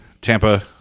Tampa